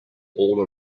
all